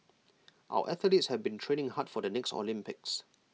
our athletes have been training hard for the next Olympics